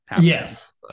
Yes